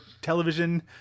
television